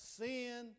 sin